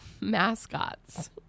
Mascots